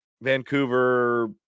Vancouver